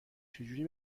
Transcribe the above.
چجوری